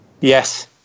Yes